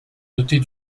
dotés